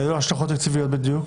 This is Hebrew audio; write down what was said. אילו השלכות תקציביות בדיוק?